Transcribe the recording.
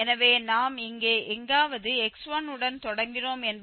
எனவே நாம் இங்கே எங்காவது x1 உடன் தொடங்கினோம் என்பதை கவனிக்க